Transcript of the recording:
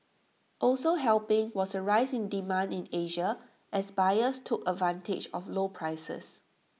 also helping was A rise in demand in Asia as buyers took advantage of low prices